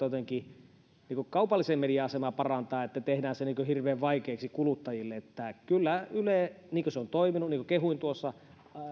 jotenkin kaupallisen median asemaa parantaa tätä kautta että tehdään se hirveän vaikeaksi kuluttajille niin kuin yle on toiminut niin kuin kehuin tuossa